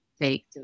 take